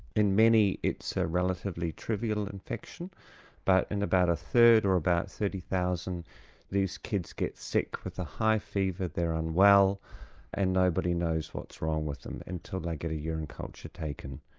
in many it's a relatively trivial infection but in about a third or about thirty thousand these kids get sick with a high fever, they are unwell and nobody knows what's wrong with them until they like get a urine culture taken.